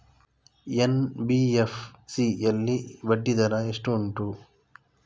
NBFC ಯಲ್ಲಿ ಬಡ್ಡಿ ದರ ಎಷ್ಟು ಉಂಟು?